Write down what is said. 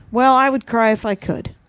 well, i would cry if i could.